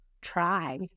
try